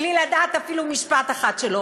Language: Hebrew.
בלי לדעת אפילו משפט אחד שלו.